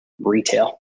retail